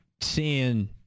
seeing